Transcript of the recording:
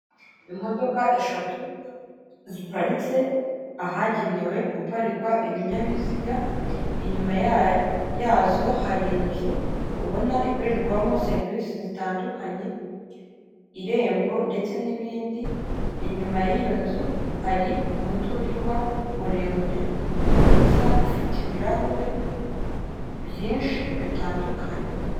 imodoka eshatu ziparitse ahagenewe guparikwa ibinyabiziga inyuma yazo hari inzu ubona ikorerwamo serivisi zitandukanye irembo ndetse n'ibindi inyuma y'iyo nzu hari umutirirwa muremure mwiza ufite ibirahure byinshi bitandukanye